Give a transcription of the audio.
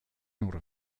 nur